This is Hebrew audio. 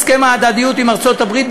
הסכם ההדדיות עם ארצות-הברית,